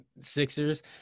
Sixers